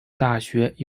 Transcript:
大学